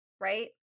Right